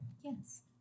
Yes